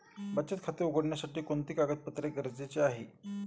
बचत खाते उघडण्यासाठी कोणते कागदपत्रे गरजेचे आहे?